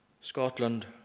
Scotland